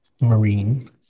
Marine